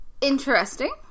interesting